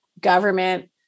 government